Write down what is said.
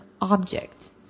object